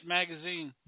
Magazine